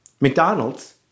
McDonald's